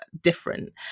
different